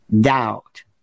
doubt